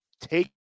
take